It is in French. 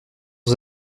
ces